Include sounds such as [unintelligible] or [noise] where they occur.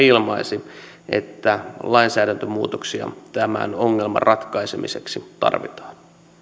[unintelligible] ilmaisi että lainsäädäntömuutoksia tämän ongelman ratkaisemiseksi tarvitaan